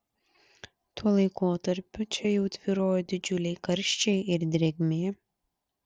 tuo laikotarpiu čia jau tvyrojo didžiuliai karščiai ir drėgmė